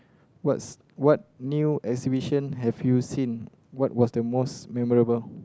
what's what new exhibition have you seen what was the most memorable